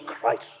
Christ